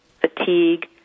fatigue